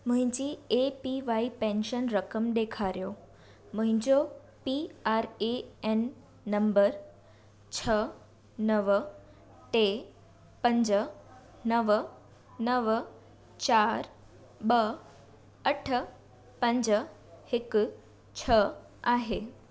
मुंहिंजी A P Y pension रक़म ॾेखारियो मुंहिंजो P R A N number छह नव टे पंज नव नव चार ॿ अठ पंज हिकु छह आहे